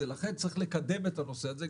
לכן צריך לקדם את הנושא הזה,